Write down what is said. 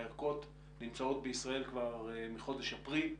ההערכות נמצאות בישראל כבר מחודש אפריל.